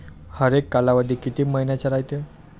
हरेक कालावधी किती मइन्याचा रायते?